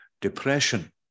Depression